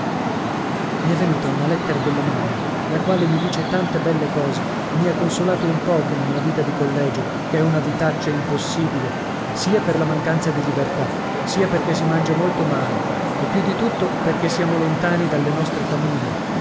i è venuta una lettera della mamma la quale mi dice tante belle cose e mi ha consolato un poco nella vita di collegio che è una vitaccia impossibile sia per la mancanza di libertà sia perché si mangia molto male e più di tutto perché siamo lontani dalle nostre famiglie